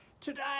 Today